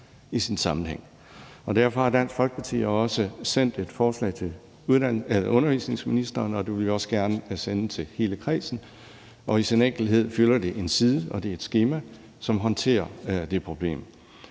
i sin sammenhæng. Derfor har Dansk Folkeparti også sendt et forslag til undervisningsministeren, og det vil vi også gerne sende til hele kredsen. I sin enkelhed fylder det en side, og det er et skema, som håndterer det problem.